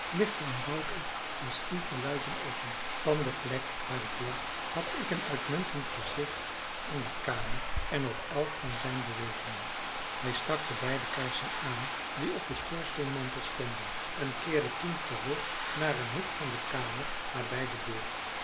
lichtte een bout op en stiet de luiken open van de plek waar ik lag had ik een uitmuntend gezicht in de kamer en op elk van zijn bewegingen hij stak de beide kaarsen aan die op den schoorsteenmantel stonden en keerde toen terug naar een hoek van de kamer nabij de deur